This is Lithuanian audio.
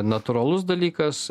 natūralus dalykas